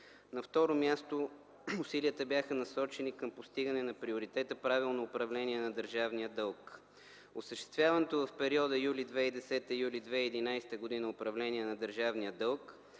На второ място, усилията бяха насочени към постигане на приоритета правилно управление на държавния дълг. Осъществяваното в периода юли 2010 – юли 2011 г. управление на държавния дълг